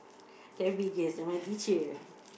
my teacher ah